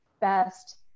best